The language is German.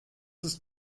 ist